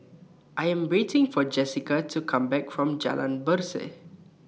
I Am waiting For Jesica to Come Back from Jalan Berseh